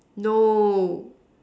no